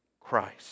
Christ